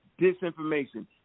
disinformation